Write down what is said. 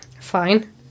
Fine